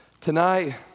Tonight